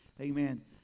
amen